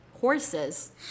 Horses